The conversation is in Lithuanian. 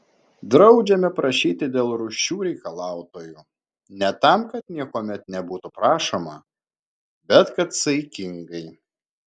draudžiame prašyti dėl rūsčių reikalautojų ne tam kad niekuomet nebūtų prašoma bet kad saikingai